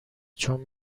چون